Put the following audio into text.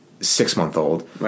six-month-old